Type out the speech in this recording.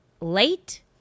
late